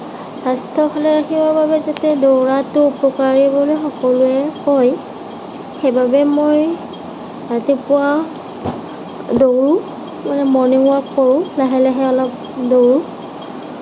স্বাস্থ্য ভালে ৰাখিবৰ বাবে যেতিয়া দৌৰাটো উপকাৰী বুলি সকলোৱে কয় সেইবাবে মই ৰাতিপুৱা দৌৰোঁ মানে মৰ্ণিং ৱাক কৰোঁ লাহে লাহে অলপ দৌৰোঁ